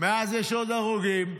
מאז יש עוד הרוגים,